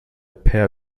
peer